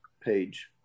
page